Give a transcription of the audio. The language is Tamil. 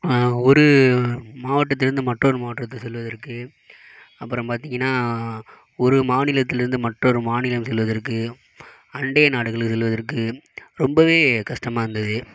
ஒரு மாவட்டத்தில் இருந்து மற்றொரு மாவட்டத்திற்கு செல்வதற்கு அப்புறம் பார்த்திங்கனா ஒரு மாநிலத்தில் இருந்து மற்றொரு மாநிலம் செல்வதற்கு அண்டை நாடுகள் செல்வதற்கு ரொம்ப கஷ்டமாக இருந்தது